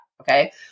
Okay